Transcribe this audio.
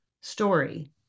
story